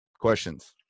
Questions